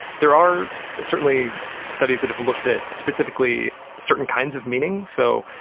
there are certainly studies that have looked at specifically certain kinds of meaning. so,